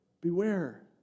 Beware